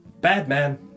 Batman